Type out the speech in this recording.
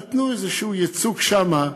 נתנו איזשהו ייצוג שמה,